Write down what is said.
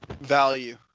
Value